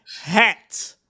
hat